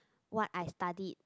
what I studied